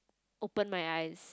open my eyes